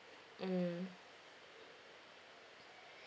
mm